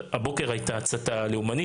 כי גם הבוקר הייתה הצתה לאומנית.